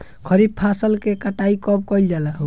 खरिफ फासल के कटाई कब कइल जाला हो?